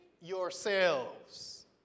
yourselves